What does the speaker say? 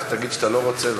אתה תגיד שאתה לא רוצה,